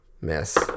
Miss